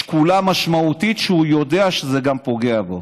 שקולה, משמעותית, כשהוא יודע שזה גם פוגע בו.